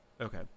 okay